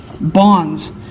bonds